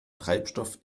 treibstoff